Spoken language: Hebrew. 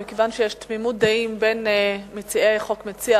מכיוון שיש תמימות דעים בין מציע החוק,